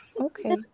Okay